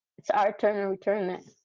it's our turn to return that,